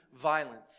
violence